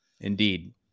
Indeed